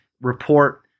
report